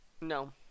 No